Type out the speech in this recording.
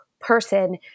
person